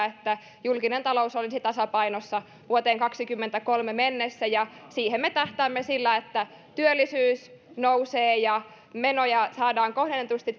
että julkinen talous olisi tasapainossa vuoteen kahdessakymmenessäkolmessa mennessä siihen me tähtäämme sillä että työllisyys nousee ja menoja saadaan kohdennetusti